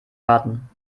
warten